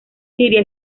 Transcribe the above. siria